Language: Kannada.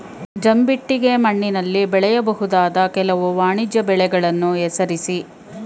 ಜಂಬಿಟ್ಟಿಗೆ ಮಣ್ಣಿನಲ್ಲಿ ಬೆಳೆಯಬಹುದಾದ ಕೆಲವು ವಾಣಿಜ್ಯ ಬೆಳೆಗಳನ್ನು ಹೆಸರಿಸಿ?